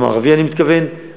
המערבי, אני מתכוון,